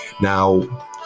now